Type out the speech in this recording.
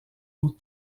eaux